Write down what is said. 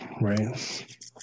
Right